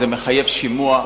זה מחייב שימוע.